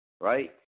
right